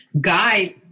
guide